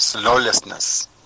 lawlessness